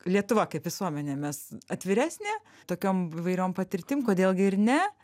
lietuva kaip visuomenė mes atviresnė tokiom įvairiom patirtim kodėl gi ir ne